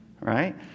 Right